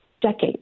decades